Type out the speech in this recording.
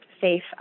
safe